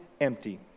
empty